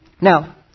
Now